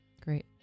Great